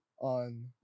On